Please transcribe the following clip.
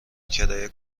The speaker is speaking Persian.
کرایه